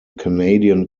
canadian